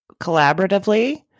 collaboratively